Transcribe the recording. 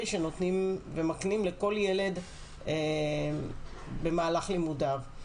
שנותנים ומקנים לכל ילד במהלך לימודיו.